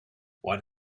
what